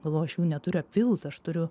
galvoju aš jų neturiu apvilt aš turiu